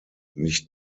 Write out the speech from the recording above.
nicht